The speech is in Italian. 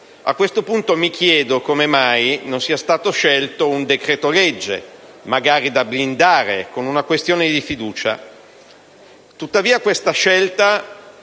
A questo punto mi chiedo come mai non sia stato scelto lo strumento del decreto-legge, magari da blindare con una questione di fiducia.